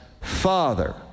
Father